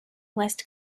west